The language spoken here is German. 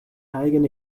eigene